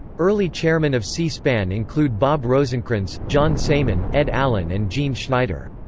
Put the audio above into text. early chairmen of c-span include bob rosencrans, john saeman, ed allen and gene schneider.